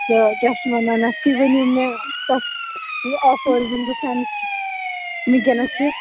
تہٕ کیٛاہ چھِ یِمن وَنان تُہۍ ؤنِو مےٚ تۄہہِ آفٲرٕس یِم وُنکٮ۪نَس چھِ